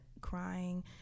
crying